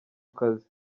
kazi